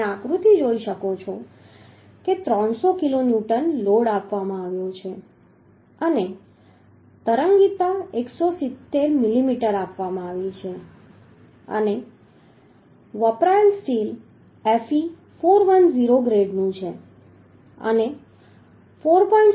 તમે આકૃતિ જોઈ શકો છો કે 300 કિલોન્યુટન લોડ આપવામાં આવ્યો છે અને તરંગીતા 170 મિલીમીટર આપવામાં આવી છે અને વપરાયેલ સ્ટીલ Fe410 ગ્રેડનું છે અને 4